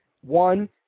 One